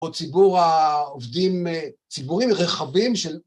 או ציבור העובדים, ציבורים רחבים של...